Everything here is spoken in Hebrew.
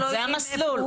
זה המסלול.